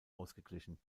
ausgeglichen